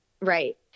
Right